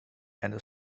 and